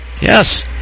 Yes